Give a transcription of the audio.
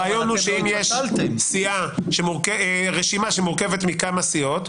הרעיון הוא שאם יש רשימה שמורכבת מכמה סיעות,